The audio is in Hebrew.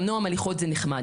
גם נועם הליכות זה נחמד,